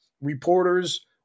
reporters